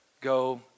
Go